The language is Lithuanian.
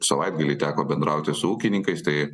savaitgalį teko bendrauti su ūkininkais tai